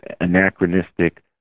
anachronistic